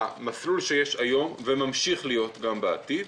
המסלול שיש היום, וגם ימשיך להיות בעתיד,